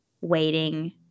waiting